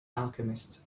alchemist